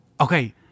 okay